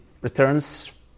returns